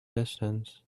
distance